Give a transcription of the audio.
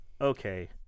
Okay